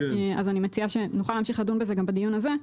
אז אני מציעה שנוכל להמשיך לדון בזה גם בדיון הזה.